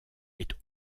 est